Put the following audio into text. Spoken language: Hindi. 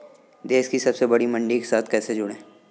देश की सबसे बड़ी मंडी के साथ कैसे जुड़ें?